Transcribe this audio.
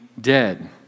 dead